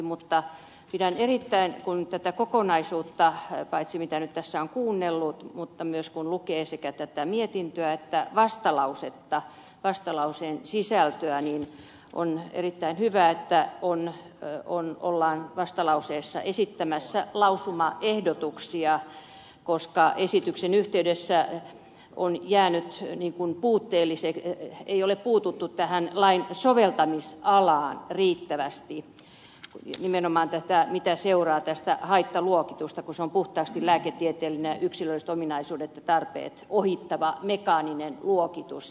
mutta tätä kokonaisuutta paitsi mitä nyt tässä on kuunnellut mutta myös kun lukee sekä tätä mietintöä että vastalausetta vastalauseen sisältöä niin pidän erittäin hyvänä että ollaan vastalauseessa esittämässä lausumaehdotuksia koska esityksen yhteydessä hän on jäänyt helmikuun puutteellisia ei ole puututtu tähän lain soveltamisalaan riittävästi nimenomaan siihen mitä seuraa tästä haittaluokituksesta kun se on puhtaasti lääketieteellinen ja yksilölliset ominaisuudet ja tarpeet ohittava mekaaninen luokitus